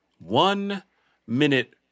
one-minute